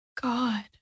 God